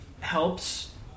helps